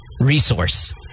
resource